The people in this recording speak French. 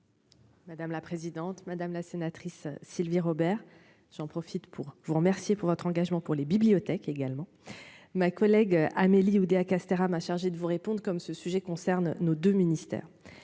Madame la présidente, madame la sénatrice Sylvie Robert, j'en profite pour vous remercier pour votre engagement pour les bibliothèques également ma collègue Amélie Oudéa-Castéra m'a chargé de vous comme ce sujet concerne nos 2 ministères